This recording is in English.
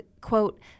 quote